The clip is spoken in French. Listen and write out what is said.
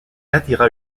attira